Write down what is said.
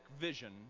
vision